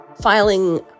filing